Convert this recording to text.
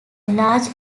large